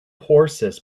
horses